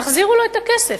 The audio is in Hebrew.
תחזירו לו את הכסף.